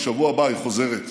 בשבוע הבא היא חוזרת.